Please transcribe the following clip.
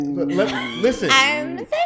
Listen